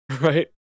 right